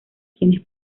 quienes